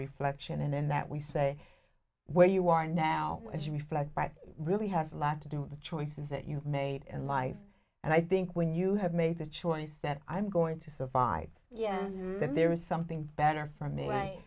reflection and then that we say where you are now as you reflect back really has a lot to do with the choices that you've made in life and i think when you have made the choice that i'm going to survive that there is something better from the way